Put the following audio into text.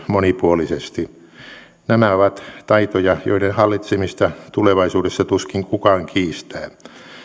monipuolisesti nämä ovat taitoja joiden hallitsemista tulevaisuudessa tuskin kukaan kiistää